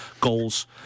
goals